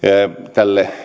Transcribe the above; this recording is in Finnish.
tälle